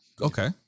okay